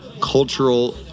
cultural